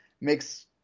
makes